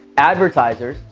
advertisers,